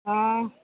অ